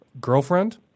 girlfriend